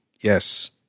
yes